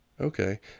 Okay